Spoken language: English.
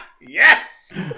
Yes